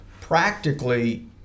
practically